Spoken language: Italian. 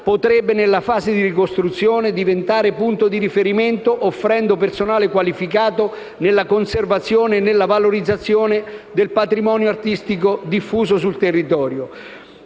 diventare, nella fase di ricostruzione, punto di riferimento offrendo personale qualificato nella conservazione e nella valorizzazione del patrimonio artistico diffuso sul territorio.